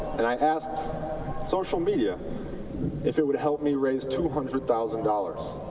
and i asked social media if it would help me raise two hundred thousand dollars.